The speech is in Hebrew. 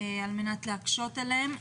על מנת להקשות עליהם.